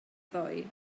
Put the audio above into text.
ddoe